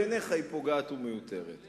בעיניך היא פוגעת ומיותרת.